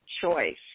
Choice